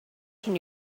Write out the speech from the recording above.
can